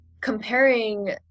comparing